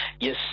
Yes